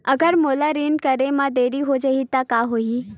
अगर मोला ऋण करे म देरी हो जाहि त का होही?